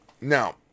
Now